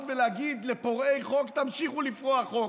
ולהגיד לפורעי חוק: תמשיכו לפרוע חוק?